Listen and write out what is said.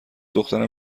دخترم